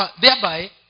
thereby